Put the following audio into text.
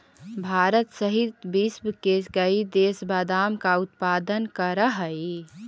भारत सहित विश्व के कई देश बादाम का उत्पादन करअ हई